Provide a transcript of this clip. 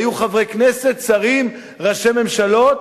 היו חברי כנסת, שרים, ראשי ממשלות,